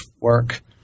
work